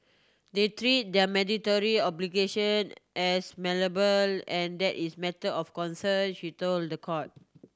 they treat their mandatory obligation as malleable and that is matter of concern she told the court